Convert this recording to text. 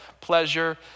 pleasure